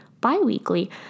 bi-weekly